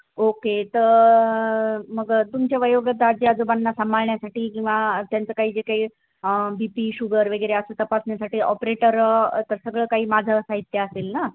okay तर मग तुमच्या वयोगटाच्या आजोबांना सांभाळण्यासाठी किंवा त्यांचं काही जे काही बी पी शुगर वगैरे असं तपासण्यासाठी ऑपरेटर तर सगळं काही माझं साहित्य असेल ना